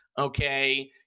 Okay